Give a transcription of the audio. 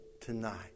tonight